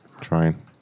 Trying